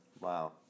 Wow